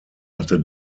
hatte